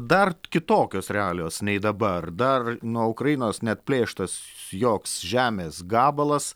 dar kitokios realijos nei dabar dar nuo ukrainos neatplėštas joks žemės gabalas